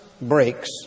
breaks